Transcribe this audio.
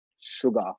sugar